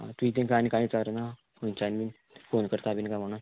आं तुयें तांकां आनी कांय विचारुना खुंयच्यान बीन फोन करता बीन काय म्हणोन